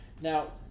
now